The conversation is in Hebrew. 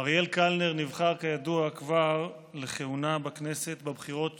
אריאל קלנר נבחר, כידוע, לכהונה בכנסת כבר בבחירות